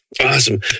Awesome